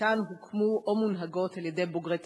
שמחציתן הוקמו או מונהגות על-ידי בוגרי טכניון,